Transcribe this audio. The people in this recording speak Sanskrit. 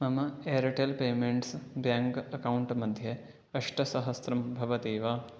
मम एर्टेल् पेमेण्ट्स् बेङ्क् अकौण्ट् मध्ये अष्टसहस्रं भवति वा